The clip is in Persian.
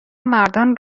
مردان